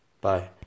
Bye